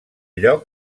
lloc